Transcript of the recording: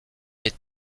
les